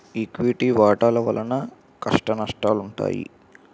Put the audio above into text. equity వాటాల వలన కష్టనష్టాలుంటాయి